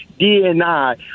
DNI